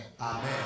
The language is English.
Amen